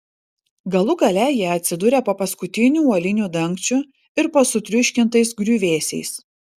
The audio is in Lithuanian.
galų gale jie atsidūrė po paskutiniu uoliniu dangčiu ir po sutriuškintais griuvėsiais